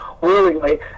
willingly